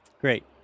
great